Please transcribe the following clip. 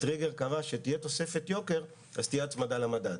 הטריגר קבע שכאשר תהיה תוספת יוקר תהיה הצמדה למדד.